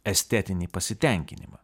estetinį pasitenkinimą